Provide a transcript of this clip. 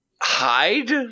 hide